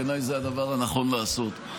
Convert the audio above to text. בעיניי זה הדבר הנכון לעשות.